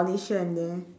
brownish here and there